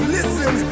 Listen